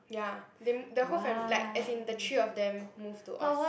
ya they m~ the whole family like as in the three of them move to Aust~